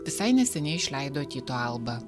visai neseniai išleido tyto alba